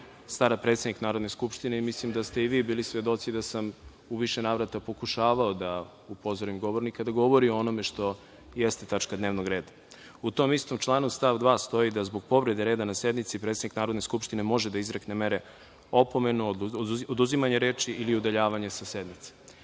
stara predsednik Narodne skupštine. Mislim da ste i vi bili svedoci da sam u više navrata pokušavao da upozorim govornika da govori o onome što jeste tačka dnevnog reda.U tom istom članu, stav 2. stoji da zbog povrede reda na sednici predsednik Narodne skupštine može da izrekne mere opomene, oduzimanja reči ili udaljavanja sa sednice.